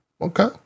Okay